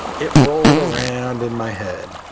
it rolled around in my head,